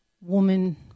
woman